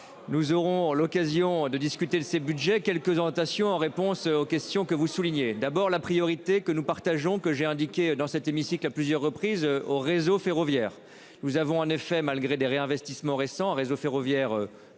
Nous aurons l'occasion de discuter de ces Budgets quelques orientations en réponse aux questions que vous soulignez, d'abord la priorité que nous partageons que j'ai indiqué dans cet hémicycle à plusieurs reprises au réseau ferroviaire, nous avons en effet malgré les réinvestissements récent réseau ferroviaire.